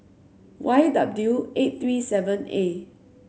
Y W eight three seven A